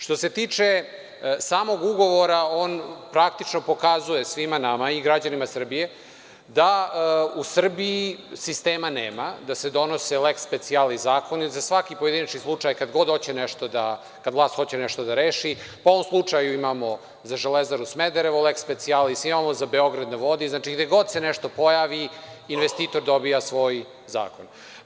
Što se tiče samog ugovora on praktično pokazuje svima nama i građanima Srbije da u Srbiji sistema nema, da se donose „leks specijalis“ zakoni za svaki pojedinačni slučaj kada vlast hoće nešto da reši, u ovom slučaju imamo za Železaru Smederevo, „leks specijalis“ imamo za „Beograd na vodi“, znači, gde god se nešto pojavi investitor dobija svoj zakon.